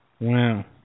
Wow